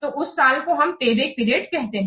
तो उस साल को हम पेबैक पीरियड कहते हैं